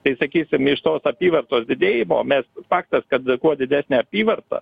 tai sakysim iš tos apyvartos didėjimo mes faktas kad kuo didesnė apyvarta